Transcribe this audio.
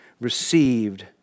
received